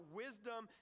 wisdom